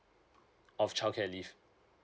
of childcare leave